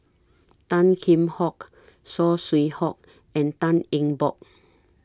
Tan Kheam Hock Saw Swee Hock and Tan Eng Bock